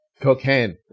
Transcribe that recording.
cocaine